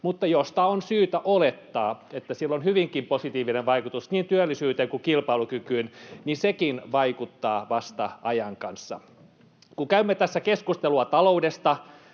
mutta josta on syytä olettaa, että sillä on hyvinkin positiivinen vaikutus niin työllisyyteen kuin kilpailukykyyn, vaikuttaa vasta ajan kanssa. Kun käymme tässä keskustelua taloudesta,